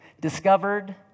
Discovered